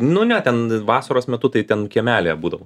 nu ne ten vasaros metu tai ten kiemelyje būdavo